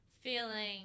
feeling